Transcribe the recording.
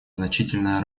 значительная